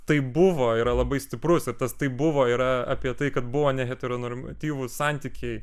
tai buvo yra labai stiprus ir tas tai buvo yra apie tai kad buvo heteronormatyvūs santykiai